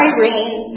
Irene